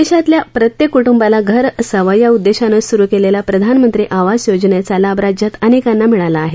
देशातल्या प्रत्येक कुटुंबाला घर असावं या उद्देशानं सुरु केलेल्या प्रधानमंत्री आवास योजनेचा लाभ राज्यात अनेकांना मिळाला आहे